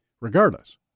Regardless